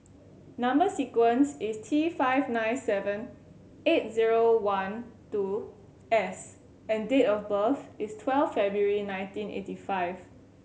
number sequence is T five nine seven eight zero one two S and date of birth is twelve February nineteen eighty five